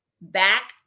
back